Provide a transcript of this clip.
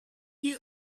you